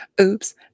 Oops